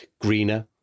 greener